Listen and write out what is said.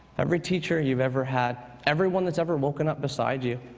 every teacher you've ever had, everyone that's ever woken up beside you,